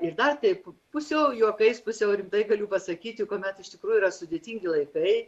ir dar taip pusiau juokais pusiau rimtai galiu pasakyti kuomet iš tikrųjų yra sudėtingi laikai